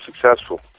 successful